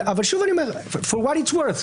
שוב אני אומר, for what it’s worth.